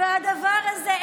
והדבר הזה,